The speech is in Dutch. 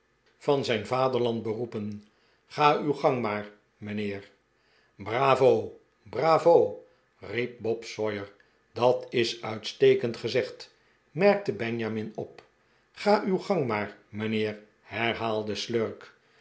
van zijn land beroepem ga uw gang maar mijnheer bravo bravo riep bob sawyer dat is uitstekend gezegd mefkte bende pickwick club jamin op ga uw gang maar mijnheer herhaalde shirk